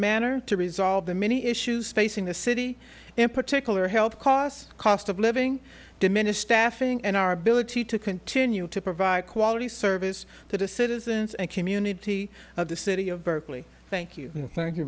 manner to resolve the many issues facing the city in particular health costs cost of living diminished staffing and our ability to continue to provide quality service that a citizens and community of the city of berkeley thank you thank you